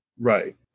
Right